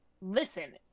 listen